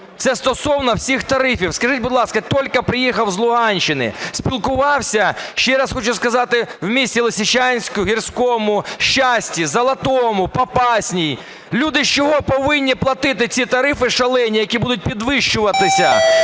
Це стосовно всіх тарифів. Скажіть, будь ласка, тільки приїхав з Луганщини, спілкувався ще раз хочу сказати в містах Лисичанську, Гірському, Щасті, Золотому, Попасній. Люди з чого повинні платити ці тарифи шалені, які будуть підвищуватися?